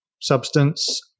substance